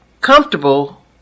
comfortable